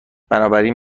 بنابراین